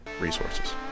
resources